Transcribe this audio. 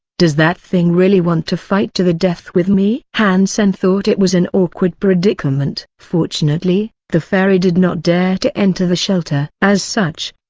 does that thing really want to fight to the death with me? han sen thought it was an awkward predicament. fortunately, the fairy did not dare to enter the shelter. as such,